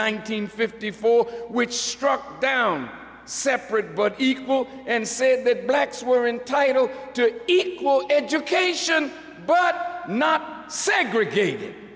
hundred fifty four which struck down separate but equal and said that blacks were entitled to equal education but not segregated